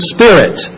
Spirit